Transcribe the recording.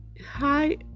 Hi